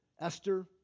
Esther